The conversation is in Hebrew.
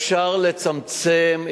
אפשר לצמצם,